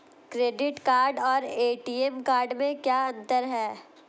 Credit card और ATM card में क्या अंतर है?